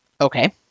Okay